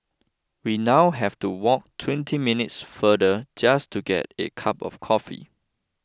we now have to walk twenty minutes farther just to get a cup of coffee